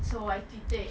so I tweeted